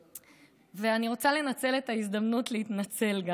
ואני רוצה לנצל את ההזדמנות גם להתנצל.